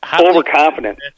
Overconfident